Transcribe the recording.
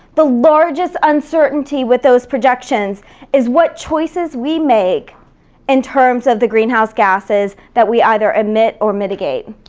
the largest uncertainty with those projections is what choices we make in terms of the greenhouse gases that we either emit or mitigate.